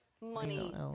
money